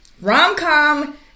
Rom-com